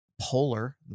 polar